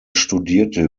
studierte